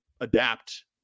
adapt